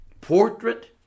Portrait